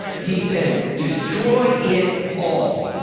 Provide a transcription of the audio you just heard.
he said, destroy it all,